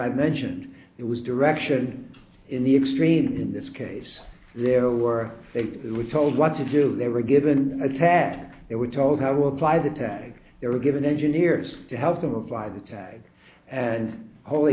i mentioned it was direction in the extreme and in this case there were they were told what to do they were given a task they were told how apply the tag they were given engineers to help them apply the tag and holy